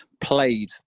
played